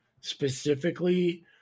specifically